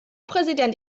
präsident